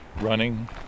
running